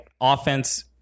offense